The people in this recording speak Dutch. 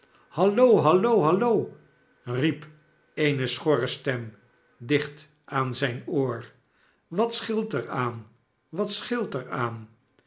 hallo hallo hallo riep eene schorre stem dicht aan zijn oor wat scheelt er aan wat scheelt er aan